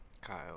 Kyle